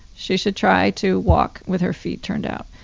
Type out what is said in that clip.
she should try to walk with her feet turned out.